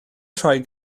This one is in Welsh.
rhoi